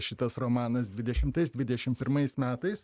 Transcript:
šitas romanas dvidešimtais dvidešimt pirmais metais